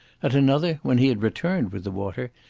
at another, when he had returned with the water,